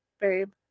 Babe